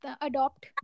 adopt